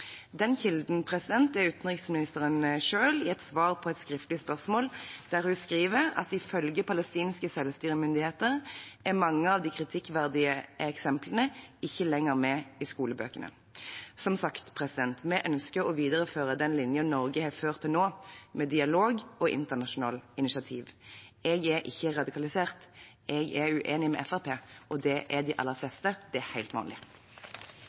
Den kilden er utenriksministeren selv i et svar på et skriftlig spørsmål, der hun skriver: «Ifølge palestinske utdanningsmyndigheter er mange av de kritikkverdige eksemplene ikke lenger med i skolebøkene.» Som sagt: Vi ønsker å videreføre den linjen Norge har ført til nå, med dialog og internasjonale initiativer. Jeg er ikke radikalisert, jeg er uenig med Fremskrittspartiet, og det er de aller fleste – det er helt vanlig.